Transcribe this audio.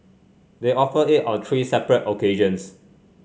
they offered it on three separate occasions